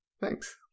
Thanks